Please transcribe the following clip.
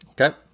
Okay